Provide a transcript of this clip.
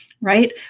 right